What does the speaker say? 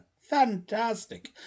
Fantastic